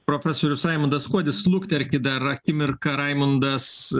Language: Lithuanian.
profesorius raimundas kuodis lukterkit dar akimirką raimundas